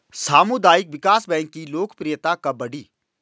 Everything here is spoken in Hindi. सामुदायिक विकास बैंक की लोकप्रियता कब बढ़ी?